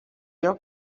your